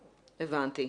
הבנתי.